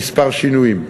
בכמה שינויים.